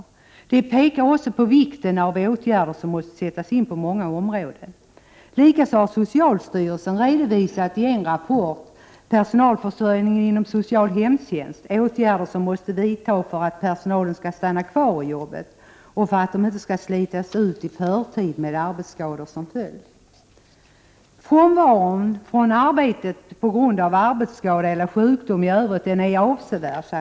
I rapporten pekas också på vikten av att åtgärder sätts in på många områden. Likaså har socialstyrelsen i rapporten Personalförsörjningen inom SHT 61 redovisat åtgärder som måste vidtas för att personalen skall stanna kvar i jobbet och inte slitas ut i förtid med arbetsskador som följd. Frånvaron från arbetet på grund av arbetsskada eller sjukdom i övrigt är avsevärd.